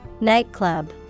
Nightclub